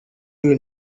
you